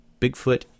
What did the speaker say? Bigfoot